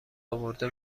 آورده